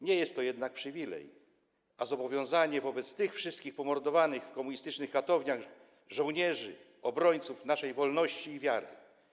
Nie jest to jednak przywilej, ale zobowiązanie wobec tych wszystkich pomordowanych w komunistycznych katowniach żołnierzy, obrońców naszej wolności i wiary.